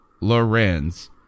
Lorenz